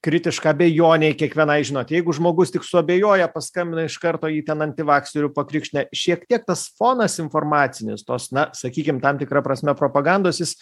kritiška abejonei kiekvienai žinot jeigu žmogus tik suabejoja paskambina iš karto jį ten antivakseriu pakrikštija šiek tiek tas fonas informacinis tos na sakykim tam tikra prasme propagandos jis